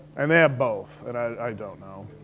and they have both, and i i don't know.